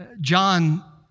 John